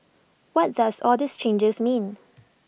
what does all these changes mean